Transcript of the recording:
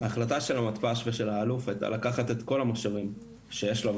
ההחלטה של המתפ"ש ושל האלוף הייתה לקחת את כל המשאבים שיש לו,